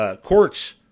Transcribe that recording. courts